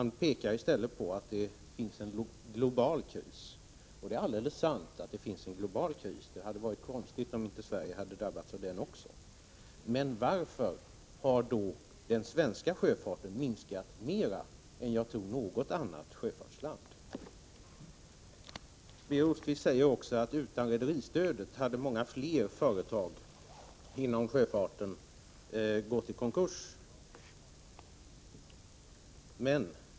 Han pekar i stället på att det finns en global kris, och det är alldeles sant. Det hade varit konstigt om inte Sverige hade drabbats av den också, men varför har då Sveriges sjöfart minskat mera än jag tror något annat sjöfartslands? Birger Rosqvist säger också att utan rederistödet hade många fler företag inom sjöfarten gått i konkurs.